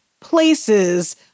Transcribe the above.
places